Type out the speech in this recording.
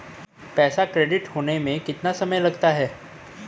पैसा क्रेडिट होने में कितना समय लगता है?